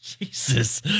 Jesus